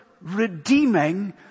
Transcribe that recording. redeeming